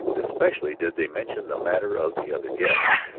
especially did they mention the matter of the other guests.